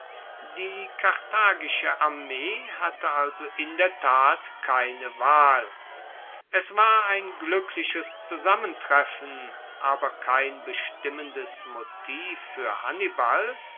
die karthagische armee hatte also in der tat keine wahl es war ein glueckliches zusammentreffen aber kein bestimmendes motiv fuer hannibal